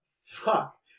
fuck